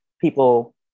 people